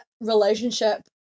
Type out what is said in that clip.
relationship